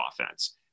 offense